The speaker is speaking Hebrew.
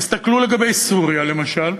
תסתכלו לגבי סוריה, למשל.